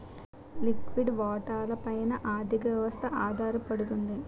లిక్విడి వాటాల పైన ఆర్థిక వ్యవస్థ ఆధారపడుతుంది